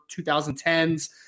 2010s